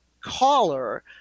caller